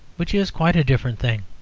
which is quite a different thing.